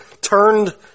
turned